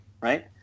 right